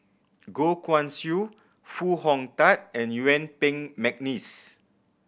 Goh Guan Siew Foo Hong Tatt and Yuen Peng McNeice